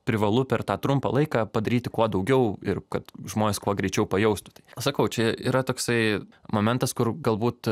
privalu per tą trumpą laiką padaryti kuo daugiau ir kad žmonės kuo greičiau pajaustų sakau čia yra toksai momentas kur galbūt